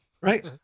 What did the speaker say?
right